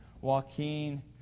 Joaquin